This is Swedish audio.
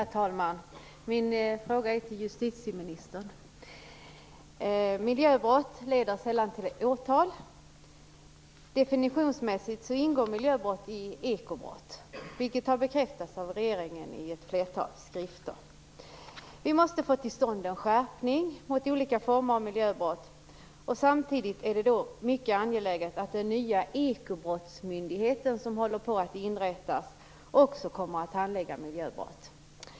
Herr talman! Min fråga är till justitieministern. Miljöbrott leder sällan till åtal. Definitionsmässigt ingår miljöbrott i ekobrott, vilket har bekräftats av regeringen i ett flertal skrifter. Vi måste få till stånd en skärpning mot olika former av miljöbrott. Samtidigt är det mycket angeläget att den nya ekobrottsmyndighet som håller på inrättas också kommer att handlägga miljöbrott.